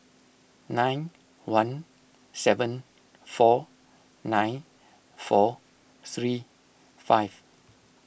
nine one seven four nine four three five